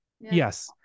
Yes